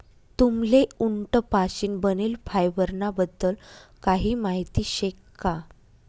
तुम्हले उंट पाशीन बनेल फायबर ना बद्दल काही माहिती शे का?